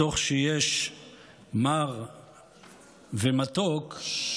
מתוך שיש מר ומתוק,